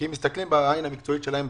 כי הם מסתכלים בעין המקצועית שלהם.